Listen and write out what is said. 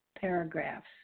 paragraphs